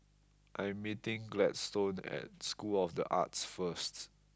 I am meeting Gladstone at School of The Arts first